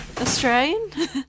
Australian